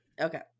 Okay